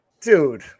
Dude